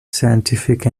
scientific